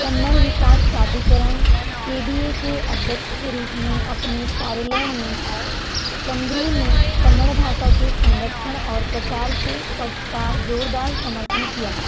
कन्नड़ विकास प्राधिकरण K D A के अध्यक्ष के रूप में अपने कार्यालय में चंद्रू ने कन्नड़ भाषा के संरक्षण और प्रचार के पक्ष का जोरदार समर्थन किया